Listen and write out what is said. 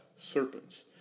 serpents